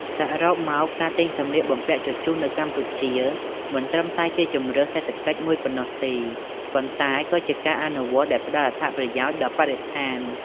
សរុបមក ការទិញសម្លៀកបំពាក់ជជុះនៅកម្ពុជា មិនត្រឹមតែជាជម្រើសសេដ្ឋកិច្ចមួយប៉ុណ្ណោះទេ ប៉ុន្តែក៏ជាការអនុវត្តន៍ដែលផ្ដល់អត្ថប្រយោជន៍ដល់បរិស្ថាន។